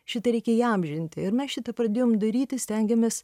šitą reikia įamžinti ir mes šitą pradėjom daryti stengėmės